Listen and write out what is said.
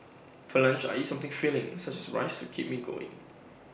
for lunch I eat something filling such as rice to keep me going